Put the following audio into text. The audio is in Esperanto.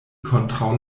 kontraŭ